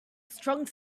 strong